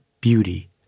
beauty